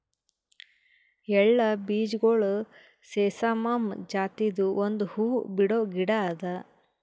ಎಳ್ಳ ಬೀಜಗೊಳ್ ಸೆಸಾಮಮ್ ಜಾತಿದು ಒಂದ್ ಹೂವು ಬಿಡೋ ಗಿಡ ಅದಾ